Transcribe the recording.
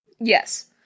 Yes